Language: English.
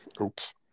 oops